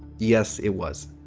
yes, it was.